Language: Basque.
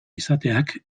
izateak